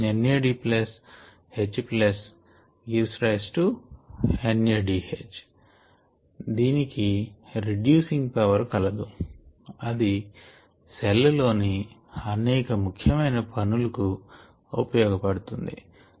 NADH↔NADH దీనికి reducing power కలదు అది సెల్ లోని అనేక ముఖ్యమైన పనులు కు ఉపయోగ పడును